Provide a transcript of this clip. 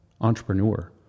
entrepreneur